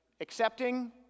Accepting